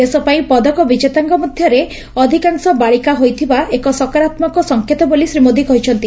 ଦେଶ ପାଇଁ ପଦକ ବିଜେତାଙ୍ ମଧ୍ଧରେ ଅଧିକାଂଶ ବାଳିକା ହୋଇଥିବା ଏକ ସକାରାମ୍କ ସଂକେତ ବୋଲି ଶ୍ରୀ ମୋଦି କହିଛନ୍ତି